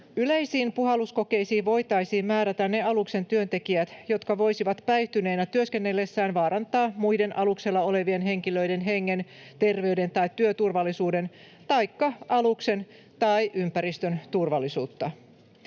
Yleisiin puhalluskokeisiin voitaisiin määrätä ne aluksen työntekijät, jotka voisivat päihtyneinä työskennellessään vaarantaa muiden aluksella olevien henkilöiden hengen, terveyden tai työturvallisuuden taikka aluksen tai ympäristön turvallisuutta.